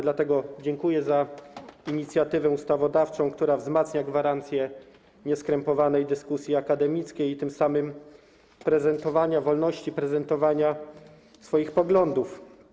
Dlatego dziękuję za inicjatywę ustawodawczą, która wzmacnia gwarancję nieskrępowanej dyskusji akademickiej i tym samym wolności prezentowania swoich poglądów.